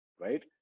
right